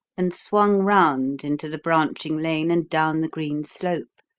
and swung round into the branching lane and down the green slope,